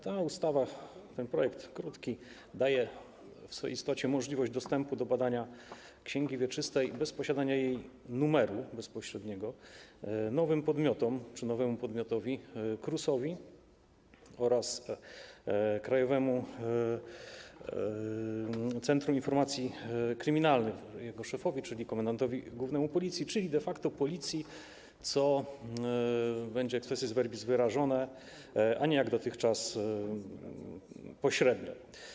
Ta ustawa, ten krótki projekt daje w swojej istocie możliwość dostępu do badania księgi wieczystej bez posiadania jej numeru bezpośredniego nowemu podmiotowi czy nowym podmiotom: KRUS-owi oraz Krajowemu Centrum Informacji Kryminalnych, jego szefowi, czyli komendantowi głównemu Policji, czyli de facto Policji, co będzie wyrażone expressis verbis, a nie, jak dotychczas, pośrednio.